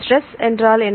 stress என்றாள் என்ன